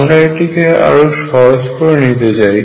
আমরা এটিকে আরও সহজ করে নিতে চাই